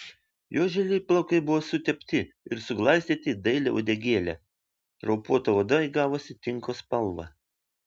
jo žili plaukai buvo sutepti ir suglaistyti į dailią uodegėlę raupuota oda įgavusi tinko spalvą